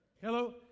Hello